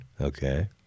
Okay